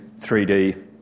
3D